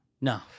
No